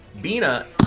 Bina